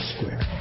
Square